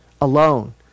alone